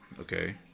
Okay